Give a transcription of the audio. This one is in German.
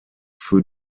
für